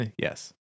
yes